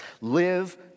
live